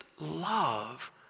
love